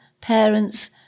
parents